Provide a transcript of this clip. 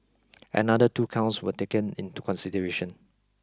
another two counts were taken into consideration